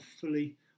fully